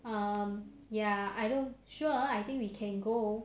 um ya I know sure I think we can go